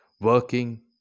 working